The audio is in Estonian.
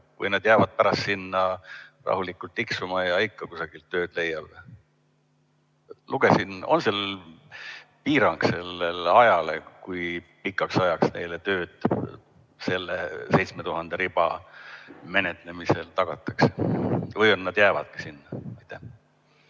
Või nad jäävad pärast sinna rahulikult tiksuma ja ikka kusagilt tööd leiavad? Kas on piirang sellele ajale, kui pikaks ajaks neile selle 7000 riba menetlemisel tööd tagatakse? Või nad jäävadki sinna?